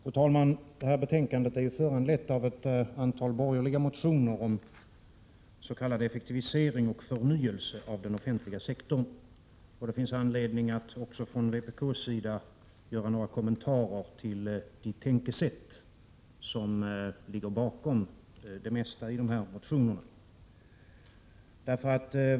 Fru talman! Det här betänkandet är föranlett av ett antal borgerliga motioner om s.k. effektivisering och förnyelse av den offentliga sektorn. Det finns anledning att också från vpk:s sida göra några kommentarer till det tänkesätt som ligger bakom det mesta i de här motionerna.